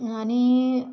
आणि